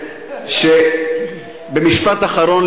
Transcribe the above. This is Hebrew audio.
במשפט אחרון,